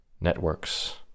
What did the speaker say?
networks